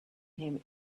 him